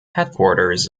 headquarters